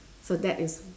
so that is